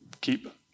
keep